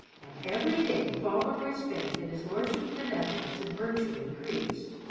and every day fauntleroy's faith in his lordship's benevolence and virtue increased.